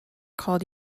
called